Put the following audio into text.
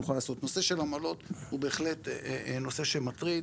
הנושא של עמלות הוא בהחלט נושא שמטריד.